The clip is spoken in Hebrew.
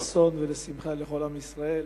לששון ולשמחה לכל עם ישראל.